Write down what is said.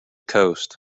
coast